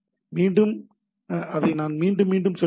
மீண்டும் நான் அதை மீண்டும் மீண்டும் சொல்கிறேன்